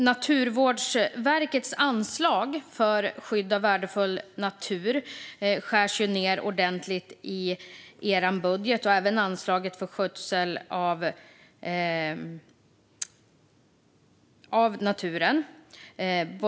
Naturvårdsverkets anslag för skydd av värdefull natur skärs dock ned ordentligt i er budget, likaså anslaget för skötsel av naturen.